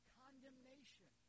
condemnation